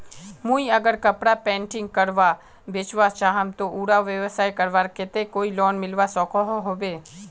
मुई अगर कपड़ा पेंटिंग करे बेचवा चाहम ते उडा व्यवसाय करवार केते कोई लोन मिलवा सकोहो होबे?